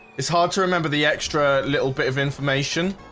it's hard to remember the extra little bit of information